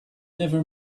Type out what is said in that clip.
never